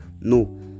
no